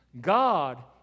God